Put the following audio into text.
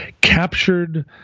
captured